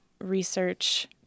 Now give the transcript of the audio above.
research